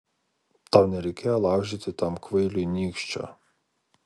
tau nereikėjo laužyti tam kvailiui nykščio